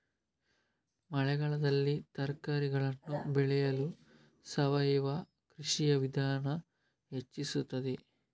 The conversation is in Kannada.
ಮಳೆಗಾಲದಲ್ಲಿ ತರಕಾರಿಗಳನ್ನು ಬೆಳೆಯಲು ಸಾವಯವ ಕೃಷಿಯ ವಿಧಾನ ಹೆಚ್ಚಿಸುತ್ತದೆ?